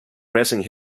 pressing